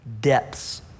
depths